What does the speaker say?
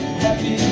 happy